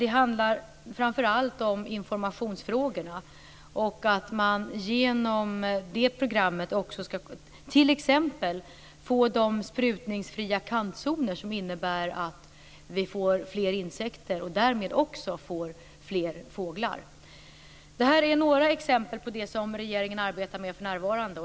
Det handlar framför allt om informationsfrågorna, och att man genom detta program också t.ex. skall kunna få de sprutningsfria kantzoner som innebär att det blir fler insekter och därmed också fler fåglar. Detta är några exempel på det som regeringen arbetar med för närvarande.